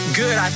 good